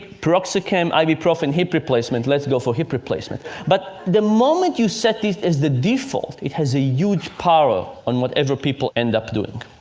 piroxicam, ibuprofen, hip replacement. let's go for hip replacement. but the moment you set this as the default, it has a huge power over whatever people end up doing.